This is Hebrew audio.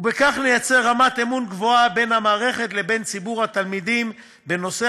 וכך ניצור רמת אמון גבוהה בין המערכת לבין ציבור התלמידים בנושא